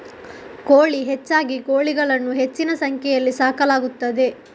ಕೋಳಿ ಹೆಚ್ಚಾಗಿ ಕೋಳಿಗಳನ್ನು ಹೆಚ್ಚಿನ ಸಂಖ್ಯೆಯಲ್ಲಿ ಸಾಕಲಾಗುತ್ತದೆ